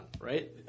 right